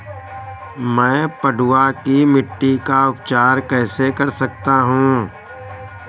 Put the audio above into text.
मैं पडुआ की मिट्टी का उपचार कैसे कर सकता हूँ?